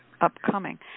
upcoming